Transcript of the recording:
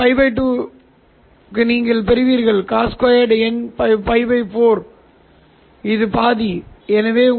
C சிக்னல்களை நான் தக்க வைத்துக் கொள்ள வேண்டியதில்லை எனவே டி